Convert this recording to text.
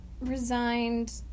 resigned